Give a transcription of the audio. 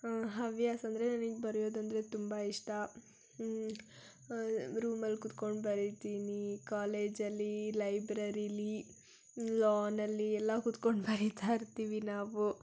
ಹವ್ಯಾಸ ಅಂದರೆ ನನಗೆ ಬರಿಯೋದಂದರೆ ತುಂಬ ಇಷ್ಟ ರೂಮಲ್ಲಿ ಕೂತ್ಕೊಂಡು ಬರಿತೀನಿ ಕಾಲೇಜಲ್ಲಿ ಲೈಬ್ರರಿಲಿ ಲಾನಲ್ಲಿ ಎಲ್ಲ ಕೂತ್ಕೊಂಡು ಬರೀತಾ ಇರ್ತೀವಿ ನಾವು